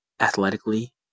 athletically